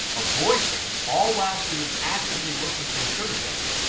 a boyfriend all while she was actively looking for a sugar daddy.